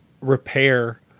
repair